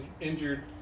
injured